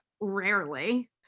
rarely